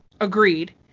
Agreed